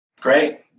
Great